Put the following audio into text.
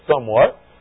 somewhat